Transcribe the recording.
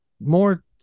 more